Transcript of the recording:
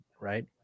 Right